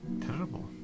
terrible